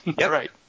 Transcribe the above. right